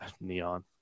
neon